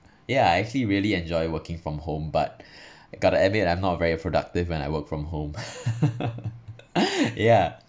ya I actually really enjoy working from home but I gotta admit I'm not very productive when I work from home yeah